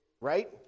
Right